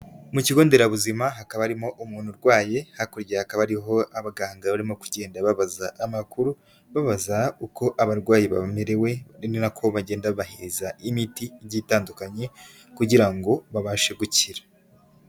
Mu kigonderabuzima hakaba harimo umuntu urwaye, hakurya akaba hariho abaganga barimo kugenda babaza amakuru, babaza uko abarwayi bamerewe, ari nako bagenda babahereza imiti igiye igitandukanye kugira ngo babashe gukira.